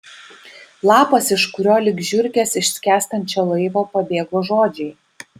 lapas iš kurio lyg žiurkės iš skęstančio laivo pabėgo žodžiai